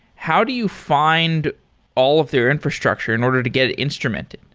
how do you find all of their infrastructure in order to get instrumented?